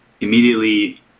Immediately